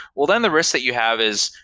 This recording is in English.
well then the risk that you have is,